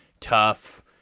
tough